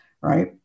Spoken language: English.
right